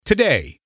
Today